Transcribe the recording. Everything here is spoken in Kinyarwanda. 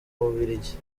bubiligi